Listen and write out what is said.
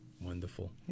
wonderful